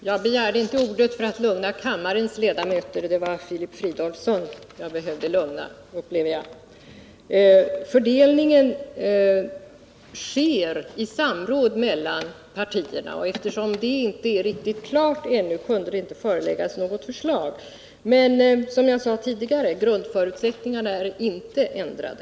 Herr talman! Jag begärde inte ordet för att lugna kammarens ledamöter; det var, som jag upplevde det, Filip Fridolfsson som behövde lugnas. Fördelningen sker i samråd mellan partierna, och eftersom det inte är riktigt klart ännu kunde något förslag inte föreläggas. Men, som jag sade tidigare, grundförutsättningarna är inte ändrade.